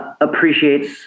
appreciates